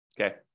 Okay